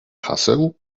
haseł